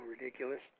ridiculous